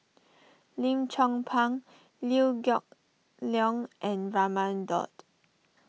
Lim Chong Pang Liew Geok Leong and Raman Daud